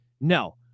No